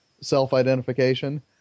self-identification